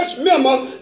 member